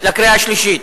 עוברים לקריאה השלישית.